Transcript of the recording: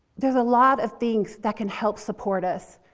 there's a lot of things that can help support us.